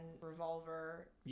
revolver